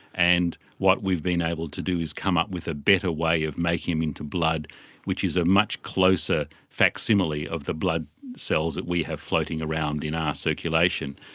and what we've been able to do is come up with a better way of making them into blood which is a much closer facsimile of the blood cells that we have floating around in our circulation.